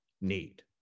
need